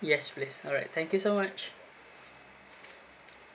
yes please alright thank you so much